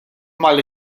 mal